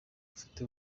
ufite